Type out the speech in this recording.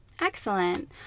Excellent